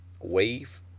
Wave